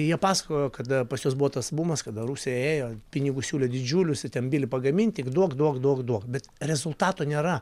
jie pasakojo kada pas juos buvo tas bumas kada rusija ėjo pinigus siūlė didžiulius ir ten pagamint tik duok duok duok duok bet rezultato nėra